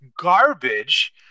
garbage